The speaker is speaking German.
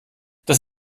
das